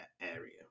area